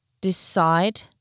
Decide